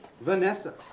Vanessa